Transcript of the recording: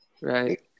Right